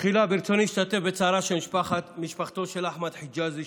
תחילה ברצוני להשתתף בצערה של משפתחו של אחמד חג'אזי,